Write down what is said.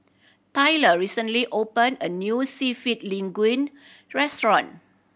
Tyler recently opened a new Seafood Linguine Restaurant